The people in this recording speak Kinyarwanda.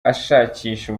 ashakisha